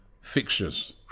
fixtures